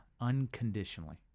unconditionally